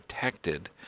protected